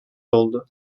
oldu